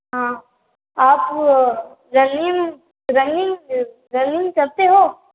हाँ आप running running running करते हो